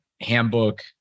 handbook